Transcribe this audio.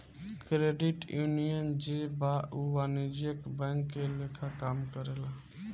credit union जे बा उ वाणिज्यिक बैंक के लेखा काम करेला